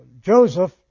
Joseph